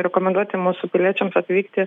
rekomenduoti mūsų piliečiams atvykti